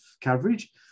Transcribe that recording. coverage